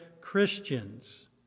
Christians